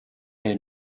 est